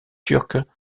turque